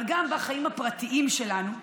אבל גם בחיים הפרטיים שלנו,